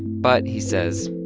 but, he says,